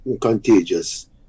contagious